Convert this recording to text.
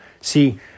see